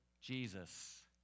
Jesus